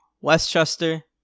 Westchester